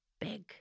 big